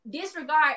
disregard